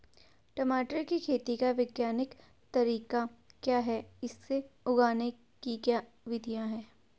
टमाटर की खेती का वैज्ञानिक तरीका क्या है इसे उगाने की क्या विधियाँ हैं?